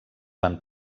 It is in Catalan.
van